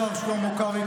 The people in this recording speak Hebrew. השר שלמה קרעי,